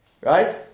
Right